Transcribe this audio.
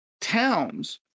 towns